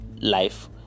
life